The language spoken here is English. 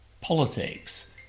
politics